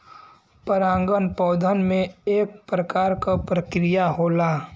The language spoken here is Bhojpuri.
परागन पौधन में एक प्रकार क प्रक्रिया होला